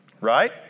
Right